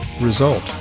result